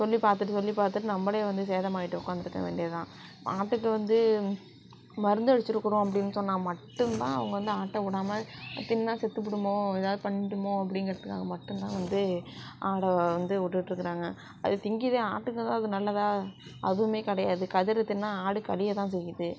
சொல்லி பார்த்துட்டு சொல்லி பார்த்துட்டு நம்மளே வந்து சேதமாகிட்டு உக்காந்திருக்க வேண்டியதுதான் ஆட்டுக்கு வந்து மருந்து அடித்திருக்கோம் அப்டின்னு சொன்னால் மட்டும்தான் அவங்க வந்து ஆட்டை விடாம தின்னால் செத்துவிடுமோ எதாவது பண்ணிவிடுமோ அப்படிங்கிறதுக்காக மட்டும்தான் வந்து ஆடை வந்து விட்டுட்ருக்கறாங்க அது திங்குது ஆட்டுக்கு தான் அது நல்லதா அதுவும் கிடையாது கதிரை தின்னால் ஆடு கழிய தான் செய்யுது